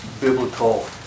biblical